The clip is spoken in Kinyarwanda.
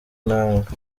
inanga